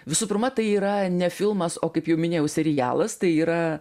visų pirma tai yra ne filmas o kaip jau minėjau serialas tai yra